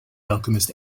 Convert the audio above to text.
alchemist